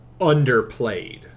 underplayed